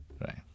right